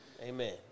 amen